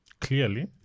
Clearly